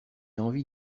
envie